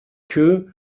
queue